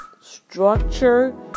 structure